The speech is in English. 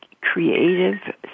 creative